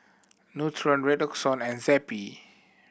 Nutren Redoxon and Zappy